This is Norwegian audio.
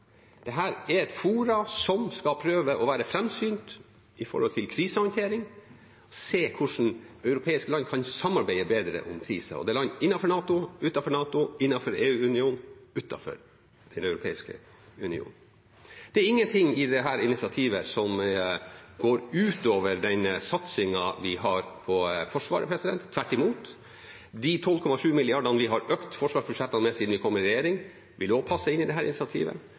er et forum som skal prøve å være framsynt med hensyn til krisehåndtering, se hvordan europeiske land kan samarbeide bedre om kriser. Det er land innenfor NATO, utenfor NATO, innenfor EU-unionen og utenfor Den europeiske union. Det er ingenting i dette initiativet som går ut over den satsingen vi har på Forsvaret – tvert imot. De 12,7 milliardene vi har økt forsvarsbudsjettene med siden vi kom i regjering, vil også passe inn i dette initiativet.